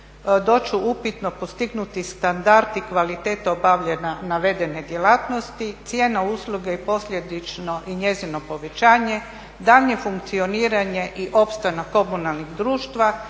će upitno postignuti standardi, kvaliteta obavljanja navedene djelatnosti, cijena usluge i posljedično i njezino povećanje, daljnje funkcioniranje i opstanak komunalnih društava,